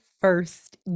first